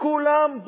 כולם,